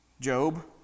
Job